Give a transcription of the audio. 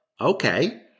Okay